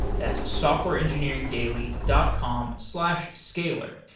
that's softwareengineeringdaily dot com slash scalyr.